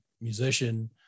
musician